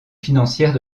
financières